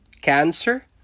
cancer